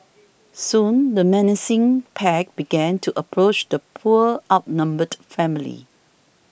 soon the menacing pack began to approach the poor outnumbered family